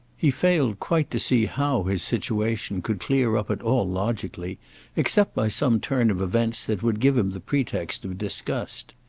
he failed quite to see how his situation could clear up at all logically except by some turn of events that would give him the pretext of disgust.